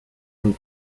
ani